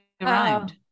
arrived